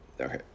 Okay